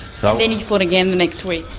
so then you fought again the next week?